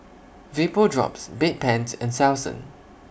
Vapodrops Bedpans and Selsun